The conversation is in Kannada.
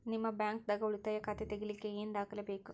ನಿಮ್ಮ ಬ್ಯಾಂಕ್ ದಾಗ್ ಉಳಿತಾಯ ಖಾತಾ ತೆಗಿಲಿಕ್ಕೆ ಏನ್ ದಾಖಲೆ ಬೇಕು?